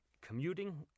commuting